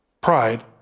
pride